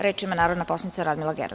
Reč ima narodna poslanica Radmila Gerov.